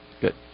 good